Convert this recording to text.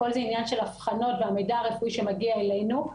הכל זה עניין של אבחנה והמידע הרפואי שמגיע אלינו.